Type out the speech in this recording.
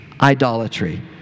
idolatry